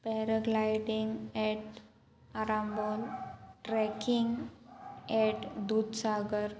paragliding at Arambol trekking at Dudhsagar